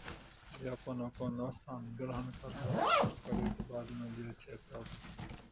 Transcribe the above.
जे अपन अपन स्थान ग्रहण करलक करयके बादमे जे छै तब